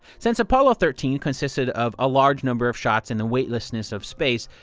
since apollo thirteen consisted of a large number of shots in the weightlessness of space,